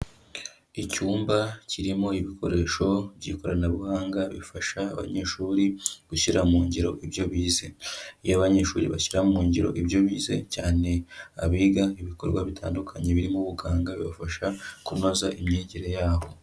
Icyumba kirimo ibikoresho by'ikoranabuhanga bifasha abanyeshuri gushyira mu ngiro ibyo bize. Iyo abanyeshuri bashyira mu ngiro ibyo bize, cyane abiga ibikorwa bitandukanye birimo ubuganga, bibafasha kunoza imyigire yabo.